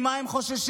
ממה הם חוששים,